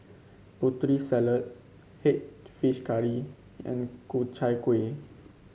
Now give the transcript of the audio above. Putri Salad head fish curry and Ku Chai Kuih